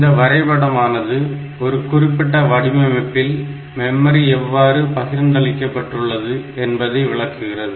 இந்த வரைபடமானது ஒரு குறிப்பிட்ட வடிவமைப்பில் மெமரி எவ்வாறு பகிர்ந்தளிக்கபட்டுள்ளது என்பதை விளக்குகிறது